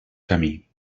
camí